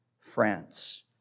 france